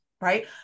Right